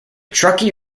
truckee